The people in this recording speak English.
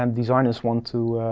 and designers want to